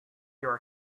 your